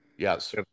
Yes